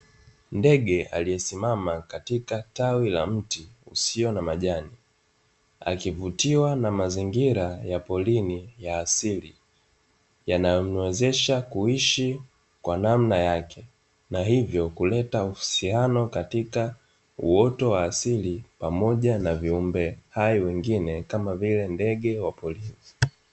Ndege aliyesimama katika tawi la mti usio na majani. Akivutiwa na mazingira ya porini ya asili, yanayomuwezesha kuishi kwa namna yake na hivyo kuleta uhusiano katika uoto wa asili pamoja na viumbe hai wengine; kama vile ndege wa porini.